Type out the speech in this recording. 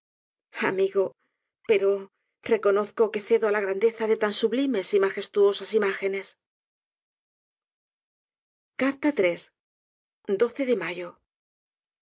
amigo pero conozco que cedo á la grandeza de tan sublimes y magestuosas imágenes de mayo